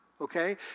Okay